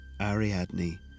Ariadne